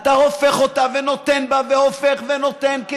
אתה הופך אותה ונותן בה והופך ונותן,